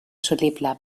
assolible